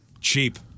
Cheap